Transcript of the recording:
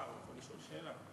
הוא שואל שאלה.